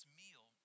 meal